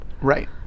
Right